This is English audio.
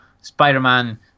Spider-Man